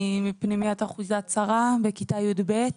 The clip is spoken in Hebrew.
אני מפנימיית אחוזת שרה בכיתה י"ב.